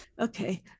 Okay